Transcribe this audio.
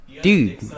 Dude